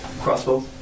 crossbow